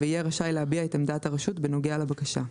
ויהיה רשאי להביע את עמדת הרשות בנוגע לבקשה.